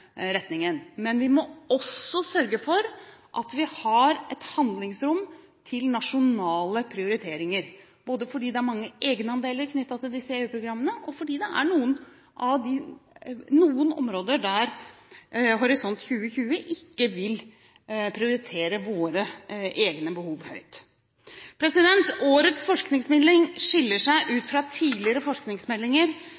retningen. Men vi må også sørge for at vi har et handlingsrom til nasjonale prioriteringer, både fordi det er mange egenandeler knyttet til disse EU-programmene, og fordi det er noen områder der Horisont 2020 ikke vil prioritere våre egne behov høyt. Årets forskningsmelding skiller seg